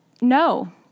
no